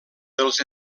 dels